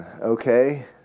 Okay